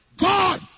God